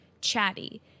chatty